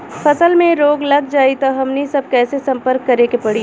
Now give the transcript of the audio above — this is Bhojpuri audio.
फसल में रोग लग जाई त हमनी सब कैसे संपर्क करें के पड़ी?